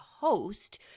host